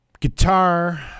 Guitar